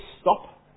stop